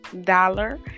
dollar